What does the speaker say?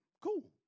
Cool